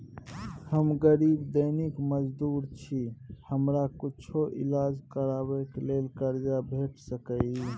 हम गरीब दैनिक मजदूर छी, हमरा कुछो ईलाज करबै के लेल कर्जा भेट सकै इ?